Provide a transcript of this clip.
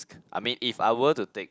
I mean if I were to take